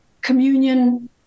communion